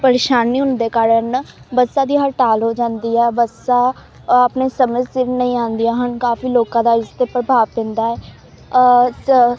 ਪਰੇਸ਼ਾਨੀ ਹੋਣ ਦੇ ਕਾਰਨ ਨਾ ਬੱਸਾਂ ਦੀ ਹੜਤਾਲ ਹੋ ਜਾਂਦੀ ਹੈ ਬੱਸਾਂ ਆਪਣੇ ਸਮੇਂ ਸਿਰ ਨਹੀਂ ਆਉਂਦੀਆਂ ਹਨ ਕਾਫ਼ੀ ਲੋਕਾਂ ਦਾ ਇਸ 'ਤੇ ਪ੍ਰਭਾਵ ਪੈਂਦਾ ਹੈ